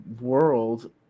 world